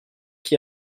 qui